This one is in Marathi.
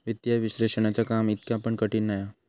वित्तीय विश्लेषणाचा काम इतका पण कठीण नाय हा